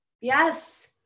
Yes